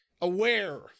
aware